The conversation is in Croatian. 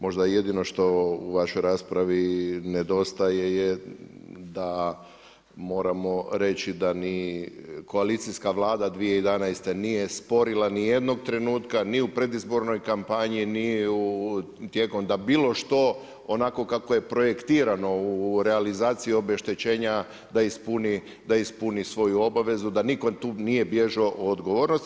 Možda jedino što u vašoj raspravi nedostaje je da moramo reći da ni koalicijska Vlada 2011. nije sporila ni jednog trenutka, ni u predizbornoj kampanji, ni tijekom da bilo što onako kako je projektirano u realizaciji obeštećenja da ispuni svoju obavezu, da nitko tu nije bježao od odgovornosti.